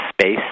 space